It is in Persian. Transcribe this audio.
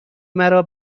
مرا